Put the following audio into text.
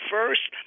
First